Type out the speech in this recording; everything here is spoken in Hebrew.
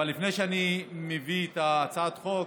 אבל לפני שאני מביא את הצעת החוק,